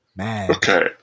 Okay